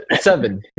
seven